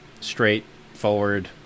straightforward